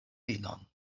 filon